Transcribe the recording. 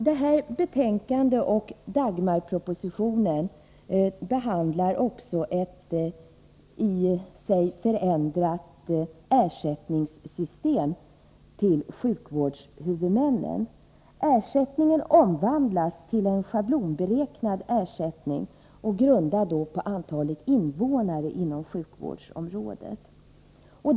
Det här betänkandet och Dagmarpropositionen behandlar också ett i sig förändrat system för ersättning till sjukvårdshuvudmännen. Ersättningen omvandlas till ett schablonberäknat belopp, grundat på antalet invånare inom sjukvårdsområdet.